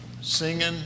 singing